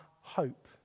hope